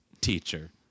teacher